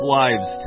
lives